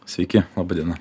sveiki laba diena